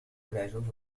العجوز